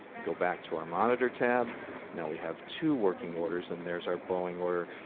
and go back to our monitor tab now we have two working orders, and there's our boeing order,